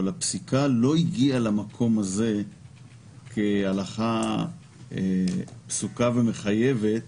אבל הפסיקה לא הגיעה למקום הזה כהלכה פסוקה ומחייבת